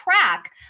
track